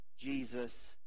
Jesus